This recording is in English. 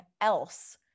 else